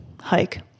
hike